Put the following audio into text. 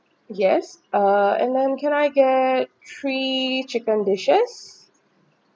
yes uh and then can I get three chicken dishes